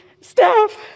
staff